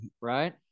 Right